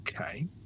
Okay